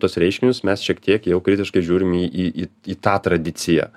tuos reiškinius mes šiek tiek jau kritiškai žiūrime į į į tą tradiciją